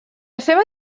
seva